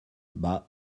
bah